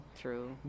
true